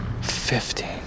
Fifteen